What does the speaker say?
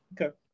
Okay